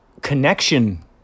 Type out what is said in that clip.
connection